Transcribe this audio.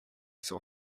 saw